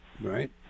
right